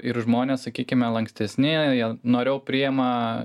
ir žmonės sakykime lankstesni jie noriau priima